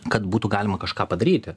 kad būtų galima kažką padaryti